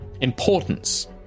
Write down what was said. importance